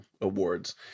awards